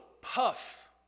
puff